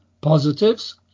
positives